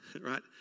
right